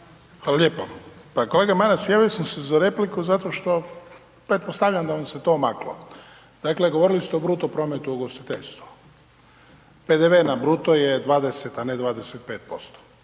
Hvala lijepa. Pa kolega Maras, javio sam se za repliku zato što pretpostavljam da vam se to omaklo. Dakle, govorili ste o bruto prometu u ugostiteljstvu, PDV na bruto je 20, a ne 25%,